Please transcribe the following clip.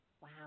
Wow